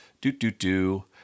Do-do-do